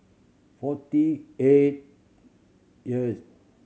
forty eight